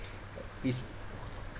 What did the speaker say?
is